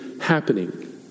happening